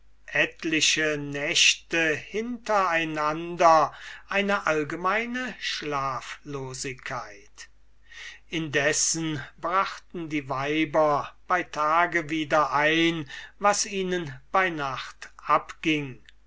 etliche nächte hinter einander eine allgemeine schlaflosigkeit indessen brachten die weiber bei tage wieder ein was ihnen bei nacht abging